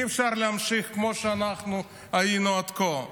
אי-אפשר להמשיך כמו שאנחנו היינו עד כה.